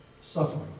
suffering